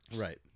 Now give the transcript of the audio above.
Right